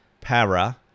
Para